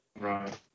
Right